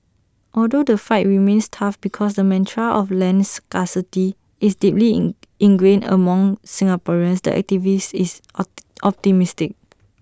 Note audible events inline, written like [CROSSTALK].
although the fight remains tough because the mantra of land scarcity is deeply in [NOISE] ingrained among Singaporeans the activist is [UNINTELLIGIBLE] optimistic